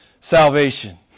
salvation